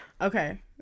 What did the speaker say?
Okay